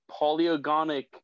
polygonic